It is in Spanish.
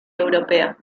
europea